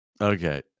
okay